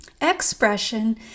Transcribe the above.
Expression